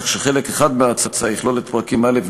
כך שחלק אחד מההצעה יכלול את פרקים א',